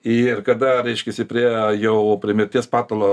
ir kada reiškiasi prie jau prie mirties patalo